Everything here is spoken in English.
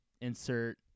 insert